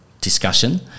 discussion